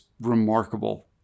remarkable